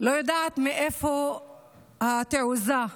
לא יודעת מאיפה התעוזה,